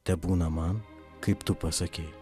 tebūna man kaip tu pasakei